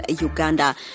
Uganda